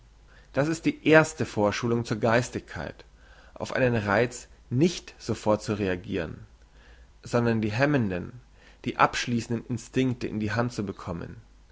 das ist die erste vorschulung zur geistigkeit auf einen reiz nicht sofort reagiren sondern die hemmenden die abschliessenden instinkte in die hand bekommen